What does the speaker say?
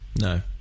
No